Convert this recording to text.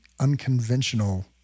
unconventional